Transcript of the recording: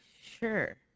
Sure